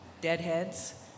deadheads